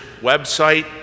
website